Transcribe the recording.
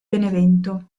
benevento